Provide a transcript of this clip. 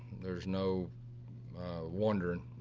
there's no wonder.